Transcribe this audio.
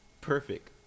Perfect